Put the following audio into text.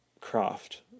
craft